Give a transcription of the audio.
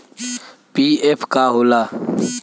PF का होला?